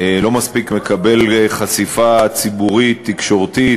לא מקבל מספיק חשיפה ציבורית ותקשורתית,